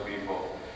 people